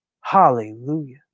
Hallelujah